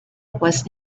was